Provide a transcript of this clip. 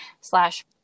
slash